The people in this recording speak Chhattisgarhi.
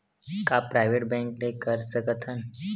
का प्राइवेट बैंक ले कर सकत हन?